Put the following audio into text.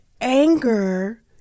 anger